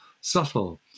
subtle